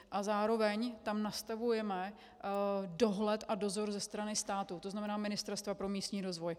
A zároveň tam nastavujeme dohled a dozor ze strany státu, tzn. Ministerstva pro místní rozvoj.